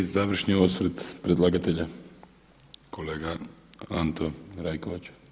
I završni osvrt predlagatelja kolega Anto Rajkovača.